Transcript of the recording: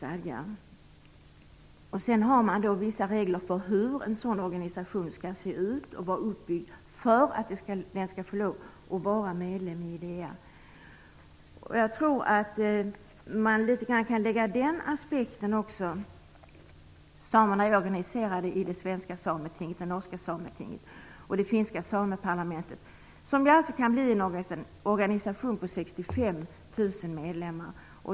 Man har vissa regler för hur en sådan organisation skall se ut och vara uppbyggd för att den skall få lov att vara medlem i IDEA. Jag tror att man litet grand kan lägga den aspekten också på samerna. De är organiserade i det svenska sametinget, det norska sametinget och det finska sameparlamentet, som alltså kan bli en organisation på 65 000 medlemmar.